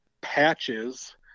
Patches